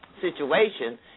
situation